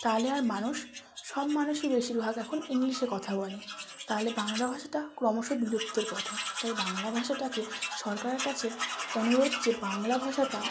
তাহলে আর মানুষ সব মানুষই বেশিরভাগ এখন ইংলিশে কথা বলে তাহলে বাংলা ভাষাটা ক্রমশ বিলুপ্তির পথে তাই বাংলা ভাষাটাকে সরকারের কাছে অনুরোধ যে বাংলা ভাষাটা